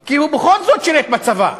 כי הוא בכל זאת שירת בצבא.